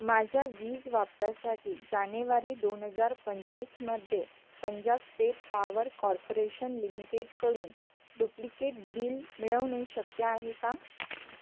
माझ्या वीज वापरासाठी जानेवारी दोन हजार पंचवीसमध्ये पंजाब स्टेट पावर कॉर्पोरेशन लिमिटेडकडून डुप्लिकेट बिल मिळवणे शक्य आहे का